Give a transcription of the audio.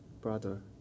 brother